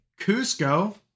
Cusco